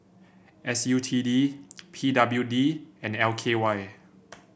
S U T D P W D and L K Y